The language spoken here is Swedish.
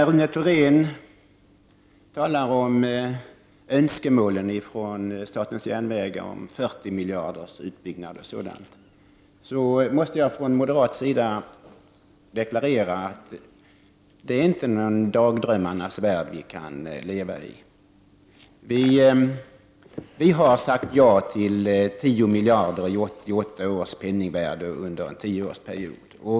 Rune Thorén talar om önskemålen från statens järnvägar, en utbyggnad omfattande 40 miljarder kronor osv. Jag måste då från moderat sida deklarera att det inte går att leva i dagdrömmarnas värld. Vi har sagt ja till 10 miljarder kronor i 1988 års penningvärde under en tioårsperiod.